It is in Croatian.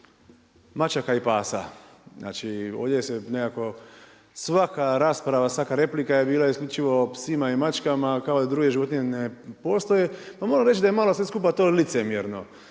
mačaka i pasa. Znači ovdje se nekako svaka rasprava, svaka replika je bila isključivo o psima i mačkama a kao da druge životinje ne postoje, pa mogu reći da je malo sve skupa to licemjerno.